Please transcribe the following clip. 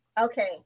Okay